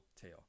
tail